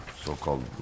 so-called